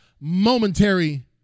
momentary